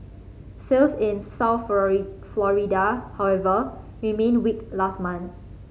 sales in South Florida however remained weak last month